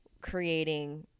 creating